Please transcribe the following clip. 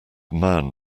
man